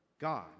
God